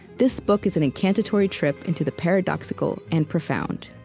this book is an incantatory trip into the paradoxical and profound.